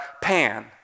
Pan